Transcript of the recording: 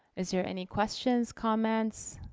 is there any questions, comments,